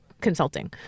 consulting